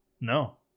No